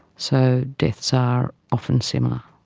so deaths are often similar.